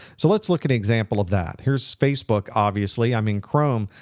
so let's look at an example of that. here's facebook, obviously. i'm in chrome.